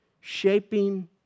shaping